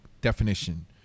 definition